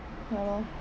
ya lor